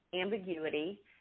ambiguity